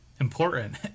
important